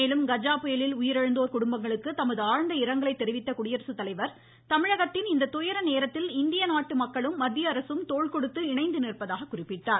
மேலும் கஜா புயலில் உயரிழந்தோர் குடும்பங்களுக்கு தமது ஆழ்ந்த இரங்கலை தெரிவித்த குடியரசுத்தலைவர் தமிழகத்தின் இந்த துயர நேரத்தில் இந்திய நாட்டு மக்களும் மத்திய அரசும் தோள்கொடுத்து இணைந்து நிற்பதாக குறிப்பிட்டார்